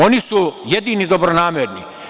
Oni su jedini dobronamerni.